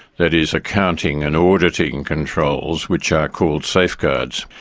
that is accounting and auditing controls, which are called safeguards.